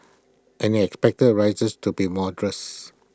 and he expected rises to be modest